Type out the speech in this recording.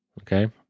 okay